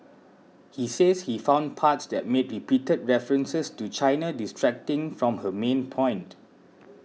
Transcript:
he says he found parts that made repeated references to China distracting from her main point